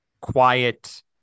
quiet